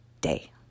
day